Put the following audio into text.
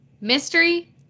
Mystery